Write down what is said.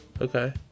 Okay